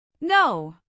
No